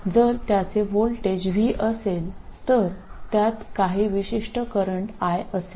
जर त्याचे voltage V असेल तर त्यात काही विशिष्ट करंट I असेल